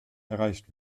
erreicht